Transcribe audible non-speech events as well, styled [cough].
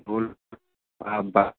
বল [unintelligible]